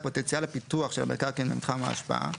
פוטנציאל הפיתוח של המקרקעין במתחם ההשפעה,